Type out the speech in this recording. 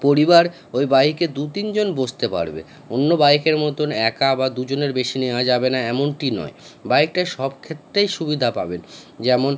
পরিবার ওই বাইকে দু তিনজন বসতে পারবে অন্য বাইকের মতন একা বা দুজনের বেশি নেওয়া যাবে না এমনটি নয় বাইকটা সব ক্ষেত্রেই সুবিধা পাবেন যেমন